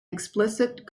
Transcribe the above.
explicit